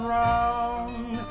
round